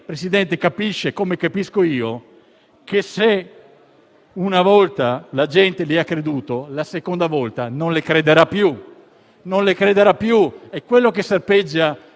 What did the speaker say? Presidente, capisce, come capisco io, che se una volta la gente le ha creduto la seconda volta non le crederà più. Ciò che serpeggia